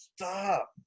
Stop